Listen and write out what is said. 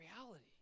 reality